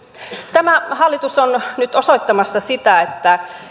tämä hallitus on nyt osoittamassa sitä että